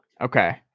okay